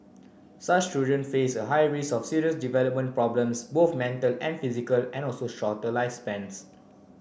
such children face a high rise of serious development problems both mental and physical and also shorter lifespans